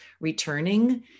returning